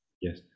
Yes